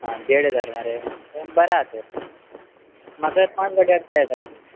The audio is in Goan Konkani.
आं देड हजार मरे बरें आसा तर म्हाका पांच गाडी हाडपा जाय